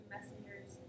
messengers